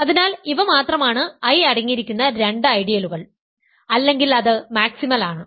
അതിനാൽ ഇവ മാത്രമാണ് I അടങ്ങിയിരിക്കുന്ന രണ്ട് ഐഡിയലുകൾ അല്ലെങ്കിൽ അത് മാക്സിമൽ ആണ്